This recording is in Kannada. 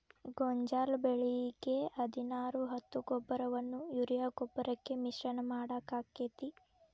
ಗೋಂಜಾಳ ಬೆಳಿಗೆ ಹದಿನಾರು ಹತ್ತು ಗೊಬ್ಬರವನ್ನು ಯೂರಿಯಾ ಗೊಬ್ಬರಕ್ಕೆ ಮಿಶ್ರಣ ಮಾಡಾಕ ಆಕ್ಕೆತಿ?